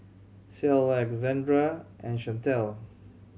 Ceil Alexandra and Shantel